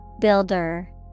Builder